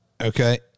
Okay